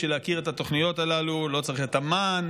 בשביל להכיר את התוכניות הללו לא צריך את אמ"ן